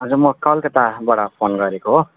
अनि त म कलकत्ताबाट फोन गरेको हो